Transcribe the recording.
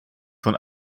von